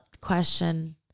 question